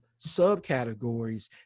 subcategories